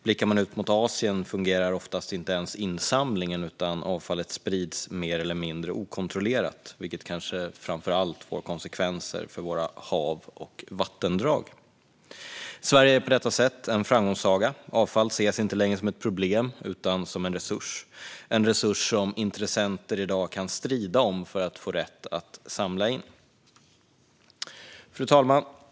Blickar vi ut mot Asien ser vi att insamlingen oftast inte ens fungerar, utan avfallet sprids mer eller mindre okontrollerat, vilket kanske framför allt får konsekvenser för våra hav och vattendrag. Sverige är sett till detta en framgångssaga. Avfall ses inte längre som ett problem utan som en resurs. Det är en resurs som intressenter i dag kan strida om för att få rätt att samla in. Fru talman!